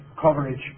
coverage